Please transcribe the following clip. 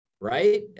right